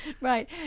Right